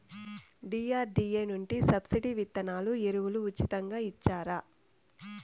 DRDA నుండి subsidy విత్తనాలు ఎరువులు ఉచితంగా ఇచ్చారా?